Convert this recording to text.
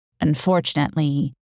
Unfortunately